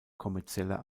kommerzieller